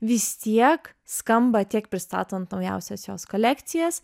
vis tiek skamba tiek pristatant naujausias jos kolekcijas